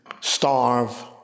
starve